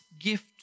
gift